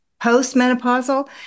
postmenopausal